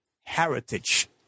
heritage